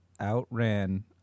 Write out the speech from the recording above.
outran